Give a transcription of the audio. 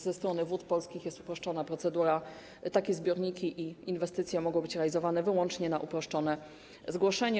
Ze strony Wód Polskich jest uproszczona procedura, takie zbiorniki i inwestycje mogą być realizowane wyłącznie po uproszczonym zgłoszeniu.